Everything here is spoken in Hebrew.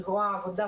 של זרוע העבודה,